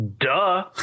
duh